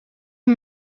een